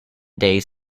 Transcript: days